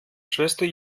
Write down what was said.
schwester